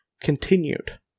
continued